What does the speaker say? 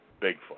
Bigfoot